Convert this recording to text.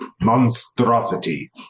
monstrosity